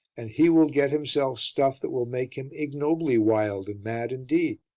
and he will get himself stuff that will make him ignobly wild and mad indeed.